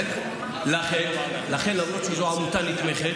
לכן, למרות שהיא לא עמותה נתמכת,